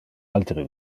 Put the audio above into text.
altere